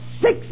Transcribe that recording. six